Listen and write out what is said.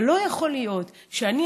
אבל לא יכול להיות שהיום,